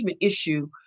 issue